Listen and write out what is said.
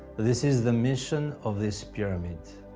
this is the mission of this pyramid